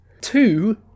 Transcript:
Two